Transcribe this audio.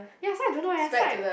ya so I don't know eh so I